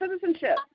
citizenship